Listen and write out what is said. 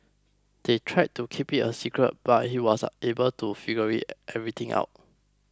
they tried to keep it a secret but he was able to figure everything out